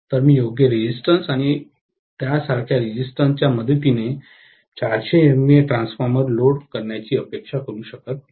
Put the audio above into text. तर मी योग्य प्रतिकार आणि त्यासारख्या रेजिस्टन्स च्या मदतीने 400 एमव्हीए ट्रान्सफॉर्मर लोड करण्याची अपेक्षा करू शकत नाही